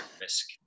risk